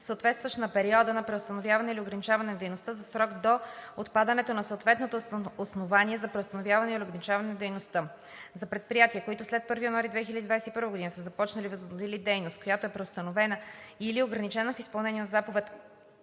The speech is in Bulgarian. съответстващ на периода на преустановяване или ограничаване на дейността, за срок до отпадането на съответното основание за преустановяване или ограничаване на дейността. За предприятия, които след 1 януари 2021 г. са започнали/възобновили дейност, която е преустановена или ограничена в изпълнение на заповед